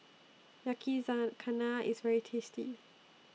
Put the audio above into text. Yakizakana IS very tasty